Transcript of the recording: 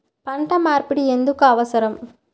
పంట మార్పిడి ఎందుకు అవసరం?